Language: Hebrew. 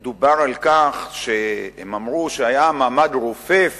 דובר על כך שהם אמרו שהיה מעמד רופף